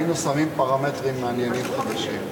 היינו שמים פרמטרים מעניינים חדשים.